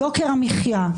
יוקר המחיה,